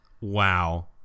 wow